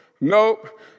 nope